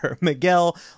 Miguel